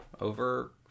over